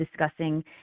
discussing